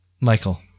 Michael